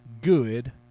good